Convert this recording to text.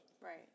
Right